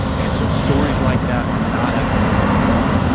and so stories like that are not abnormal at all,